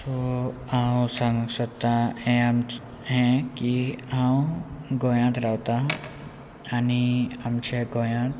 so हांव सांग सोदता हे की हांव गोंयांत रावता आनी आमच्या गोंयांत